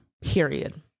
Period